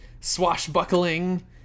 swashbuckling